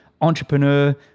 entrepreneur